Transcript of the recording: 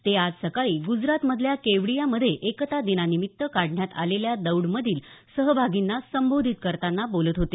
ते आज सकाळी ग्जरातमधल्या केवडियामधे एकता दिनानिमित्त काढण्यात आलेल्या दौडमधील सहभागींना संबोधित करताना बोलत होते